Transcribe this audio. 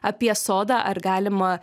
apie sodą ar galima